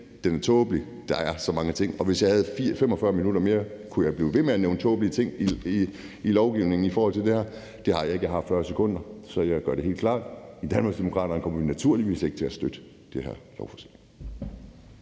Den er tåbelig. Der er så mange tåbelige ting. Hvis jeg havde 45 minutter mere, kunne jeg blive ved med at nævne tåbelige ting i lovgivningen i forhold til det her. Det har jeg ikke; jeg har 40 sekunder. Så jeg gør det helt klart: I Danmarksdemokraterne kommer vi naturligvis ikke til at støtte det her lovforslag.